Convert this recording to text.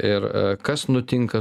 ir kas nutinka